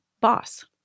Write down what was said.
boss